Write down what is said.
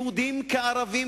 יהודים כערבים,